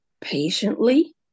patiently